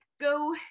go